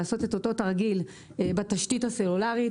לעשות את אותו תרגיל בתשתית הסלולרית.